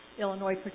Illinois